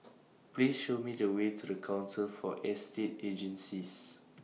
Please Show Me The Way to The Council For Estate Agencies